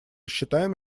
считаем